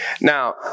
Now